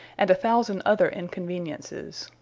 and a thousand other inconveniences.